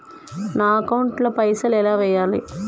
నా అకౌంట్ ల పైసల్ ఎలా వేయాలి?